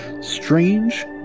strange